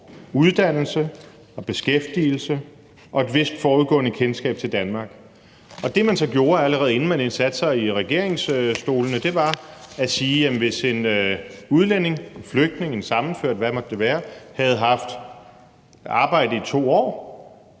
uddannelse, beskæftigelse og et vist forudgående kendskab til Danmark. Det, man så gjorde, allerede inden man satte sig i regeringsstolene, var at sige, at hvis en udlænding, en flygtning, en familiesammenført, eller hvad det måtte være, havde haft arbejde i 2 år,